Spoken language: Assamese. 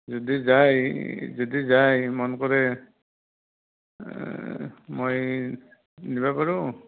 যদি যায় যদি যায় মন কৰে মই নিব পাৰোঁ